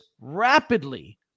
rapidly